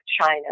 China